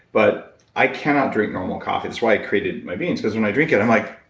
but i cannot drink normal coffee. that's why i created my beans, because when i drink it i'm like.